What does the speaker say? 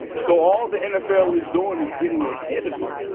so all the nfl is doin' is getting ahead of it.